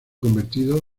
convertido